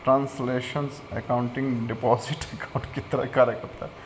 translational accounting deposit account की तरह कार्य करता है